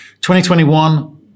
2021